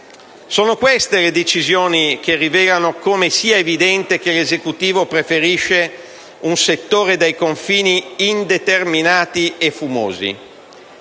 Sono queste le decisioni che rivelano come sia evidente che l'Esecutivo preferisce un settore dai confini indeterminati e fumosi.